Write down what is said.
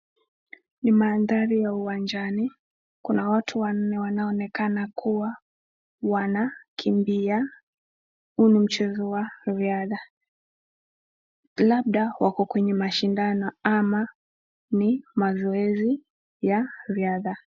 Ni mandhari ya uwanjani kuna watu wanne wanaoonekana kuwa wanakimbia, huu ni mchezo wa riadha, labda wako kwenye mashindano ama ni mazoezi ya riadha.